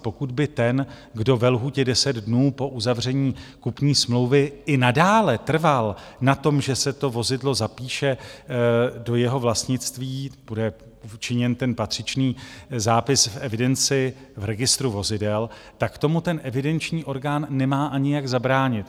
Pokud by ten, kdo ve lhůtě 10 dnů po uzavření kupní smlouvy i nadále trval na tom, že se to vozidlo zapíše do jeho vlastnictví, bude učiněn patřičný zápis v evidenci, v registru vozidel, tak tomu ten evidenční orgán nemá ani jak zabránit.